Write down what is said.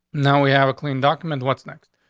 now we have a clean document. what's next?